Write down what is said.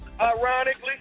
Ironically